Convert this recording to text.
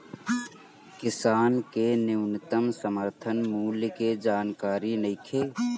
किसान के न्यूनतम समर्थन मूल्य के जानकारी नईखे